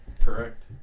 Correct